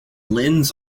linz